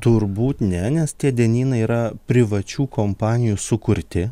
turbūt ne nes tie dienynai yra privačių kompanijų sukurti